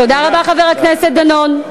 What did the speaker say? תודה רבה, חבר הכנסת דנון.